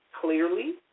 clearly